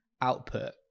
output